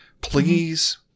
Please